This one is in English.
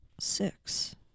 six